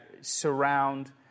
surround